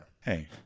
Hey